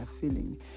feeling